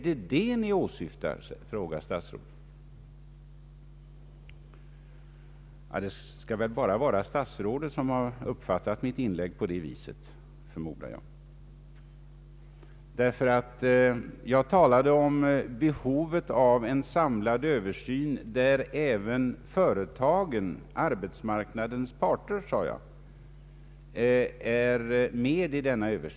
Det skall väl bara vara statsrådet Moberg som kan uppfatta mitt inlägg på det sättet, förmodar jag. Jag talade om behovet av en samlad översyn, där även företagen — arbetsmarknadens parter, sade jag — skall vara med.